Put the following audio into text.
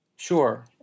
Sure